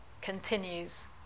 continues